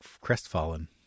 crestfallen